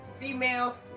Females